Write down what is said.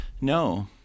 No